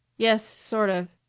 yes sort of.